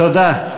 תודה.